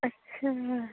अच्छा